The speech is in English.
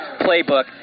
playbook